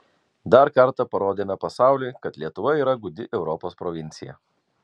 dar kartą parodėme pasauliui kad lietuva yra gūdi europos provincija